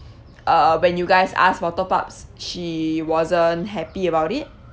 uh when you guys asked for top-ups she wasn't happy about it